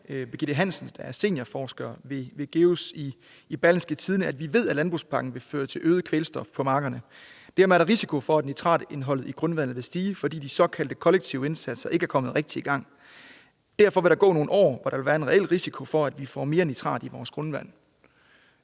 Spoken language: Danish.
Birgitte Hansen, der er seniorforsker ved GEUS, i Berlingske: »Vi ved, at landbrugspakken vil føre til øget kvælstof på markerne. Dermed er der risiko for, at nitratindholdet i grundvandet vil stige, fordi de såkaldt kollektive indsatser ikke er kommet rigtigt i gang. Derfor vil der være nogle år, hvor der er en reel risiko for, at vi får mere nitrat i vores grundvand«